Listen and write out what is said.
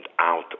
out